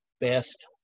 best